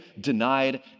denied